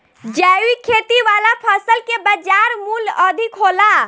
जैविक खेती वाला फसल के बाजार मूल्य अधिक होला